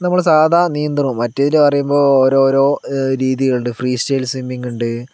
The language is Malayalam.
നമ്മളെ സാധാ നീന്തലും മറ്റേതിൽ പറയുമ്പോൾ ഓരോരോ രീതികളുണ്ട് ഫ്രീ സ്റ്റൈൽ സ്വിമ്മിങ്ങുണ്ട്